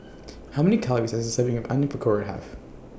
How Many Calories Does A Serving of Onion Pakora Have